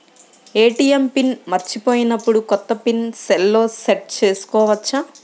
ATM PIN మరచిపోయినప్పుడు, కొత్త PIN సెల్లో సెట్ చేసుకోవచ్చా?